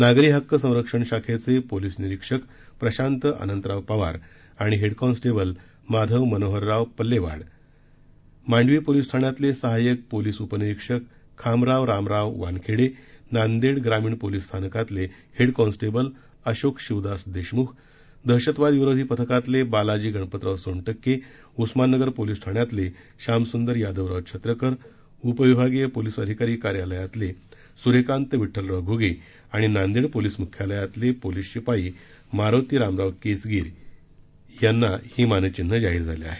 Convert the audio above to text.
नागरी हक्क संरक्षण शाखेचे पोलिस निरीक्षक प्रशांत अनंतराव पवार आणि head constable Madhav Manoharrao Pallewad Mandvi police ठाण्यातले सहाय्यक पोलीस उपनिरीक्षक खामराव रामराव वानखेडे नांदेड ग्रामीण पोलीस स्थानकातचे हेड कॉन्स्टेबल अशोक शिवदास देशमुख दहशतवाद विरोधी पथकातले बालाजी गणपतराव सोनटक्के उस्माननगर पोलीस ठाण्यातले शामसुंदर यादवराव छत्रकर उप विभागीय पोलिस अधिकारी कार्यालयातले सुर्यकांत विड्डलराव घ्रगे आणि नांदेड पोलिस मुख्यालयातले पोलिस शिपाई मारोती रामराव केसगीर यांनी ही मानचिन्ह जाहीर झाली आहेत